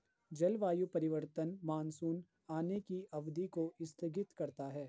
जलवायु परिवर्तन मानसून आने की अवधि को स्थगित करता है